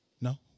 No